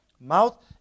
mouth